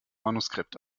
manuskript